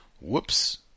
whoops